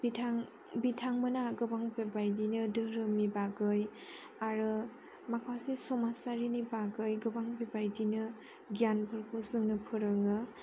बिथांमोना गोबां बेबायदिनो धोरोमनि बागै आरो माखासे समाजारिनि बागै गोबां बेबायदिनो गियानफोरखौ जोंनो फोरोङो